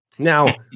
Now